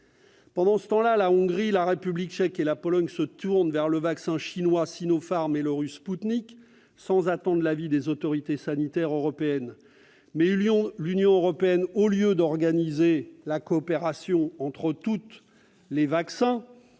Pendant ce temps, la Hongrie, la République tchèque et la Pologne se tournent vers le vaccin chinois Sinopharm et le vaccin russe Spoutnik V, sans attendre l'avis des autorités sanitaires européennes. L'Union européenne, au lieu d'organiser la coopération entre tous les vaccins,